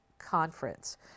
Conference